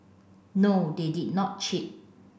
no they did not cheat